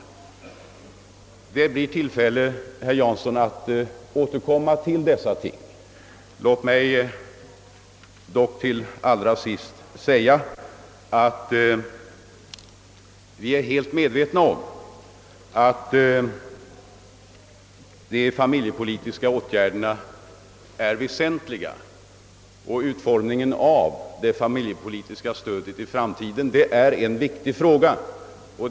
Det blir tillfälle, herr Jansson, att återkomma till dessa ting. Låt mig dock allra sist säga, att vi är helt medvetna om att de familjepolitiska åtgärderna är väsentliga och att utformningen av det familjepolitiska stödet i framtiden är en viktig fråga.